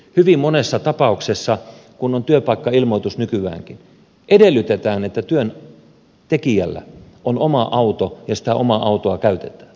hyvin monessa tapauksessa kun on työpaikkailmoitus nykyäänkin edellytetään että työntekijällä on oma auto ja sitä omaa autoa käytetään